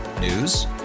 News